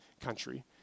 country